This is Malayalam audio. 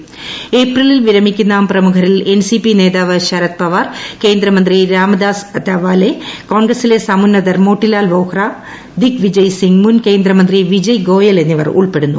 ്ട് പ്രാട്ട് ഏപ്രിലിൽ വിരമിക്കുന്ന് പ്രമുഖരിൽ എൻസിപി നേതാവ് ശരത് പവാർ കേന്ദ്രമന്ത്രി രാമദാസ് അത്താവാലെ കോൺഗ്രസിലെ സമ്മുന്നതർ മോട്ടിലാൽ വോഹ്റ ദിഗ് വിജയ് സിംഗ് മുൻ കേന്ദ്രമന്ത്രി വിജയ് ഗോയൽ എന്നിവർ ഉൾപ്പെടുന്നു